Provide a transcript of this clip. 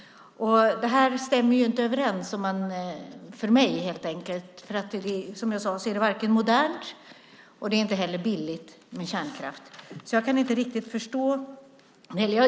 Jag får det inte att stämma överens. Som jag sade är det varken modernt eller billigt med kärnkraft.